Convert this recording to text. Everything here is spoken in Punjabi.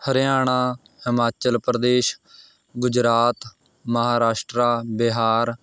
ਹਰਿਆਣਾ ਹਿਮਾਚਲ ਪ੍ਰਦੇਸ਼ ਗੁਜਰਾਤ ਮਹਾਰਾਸ਼ਟਰਾ ਬਿਹਾਰ